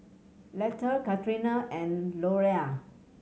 Letha Katrina and Louella